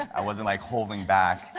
i wasn't like holding back.